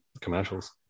commercials